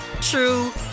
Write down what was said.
true